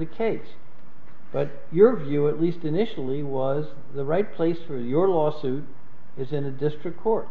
the case but your view at least initially was the right place where your lawsuit is in a district court